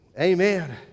Amen